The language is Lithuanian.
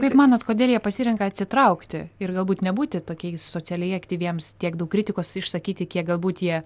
kaip manot kodėl jie pasirenka atsitraukti ir galbūt nebūti tokiais socialiai aktyviems tiek daug kritikos išsakyti kiek galbūt jie